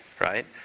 Right